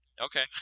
Okay